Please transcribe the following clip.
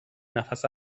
نفس